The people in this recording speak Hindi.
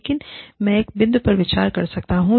लेकिन मैं एक बिंदु पर विचार कर सकता हूं